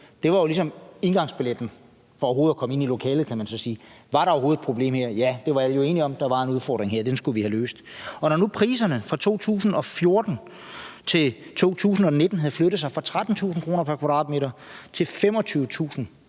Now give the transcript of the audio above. det var jo ligesom indgangsbilletten til overhovedet at komme ind i lokalet, kan man sige. Var der overhovedet et problem her? Ja, det var alle jo enige om. Der var en udfordring her, og den skulle vi have løst. Og når nu priserne fra 2014 til 2019 havde flyttet sig fra 13.000 kr. pr. kvadratmeter til 25.000 kr.